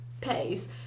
pace